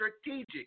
strategic